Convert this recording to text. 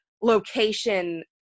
location